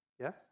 Yes